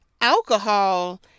alcohol